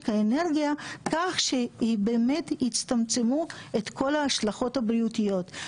האנרגיה כך שבאמת יצמצמו את כל ההשלכות הבריאותיות.